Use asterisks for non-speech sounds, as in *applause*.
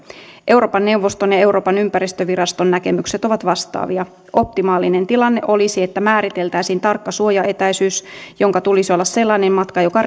euroopan neuvoston ja euroopan ympäristöviraston näkemykset ovat vastaavia optimaalinen tilanne olisi että määriteltäisiin tarkka suojaetäisyys jonka tulisi olla sellainen matka joka *unintelligible*